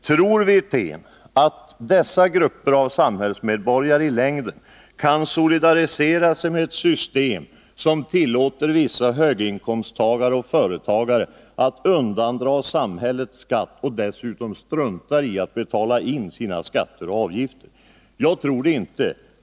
Tror Rolf Wirtén att dessa grupper av samhällsmedborgare i längden kan solidarisera sig med ett system som tillåter vissa höginkomsttagare och företagare att undandra samhället skatt och dessutom strunta i att betala in skatter och avgifter? Jag tror det inte.